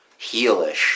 heelish